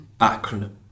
acronym